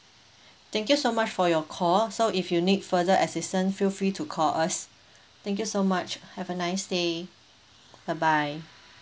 thank you so much for your call so if you need further assistant feel free to call us thank you so much have a nice day bye bye